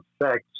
effects